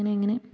അങ്ങനെയങ്ങനെ